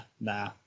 nah